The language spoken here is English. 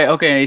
Okay